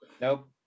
Nope